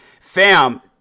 fam